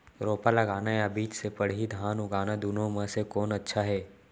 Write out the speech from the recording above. रोपा लगाना या बीज से पड़ही धान उगाना दुनो म से कोन अच्छा हे?